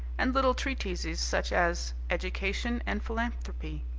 and little treatises such as education and philanthropy,